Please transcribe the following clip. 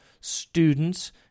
students